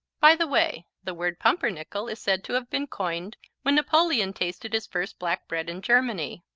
by the way, the word pumpernickel is said to have been coined when napoleon tasted his first black bread in germany.